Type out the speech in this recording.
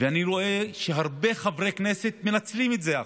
אני רואה שהרבה חברי כנסת מנצלים את זה עכשיו.